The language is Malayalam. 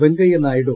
വെങ്കയ്യനായിഡു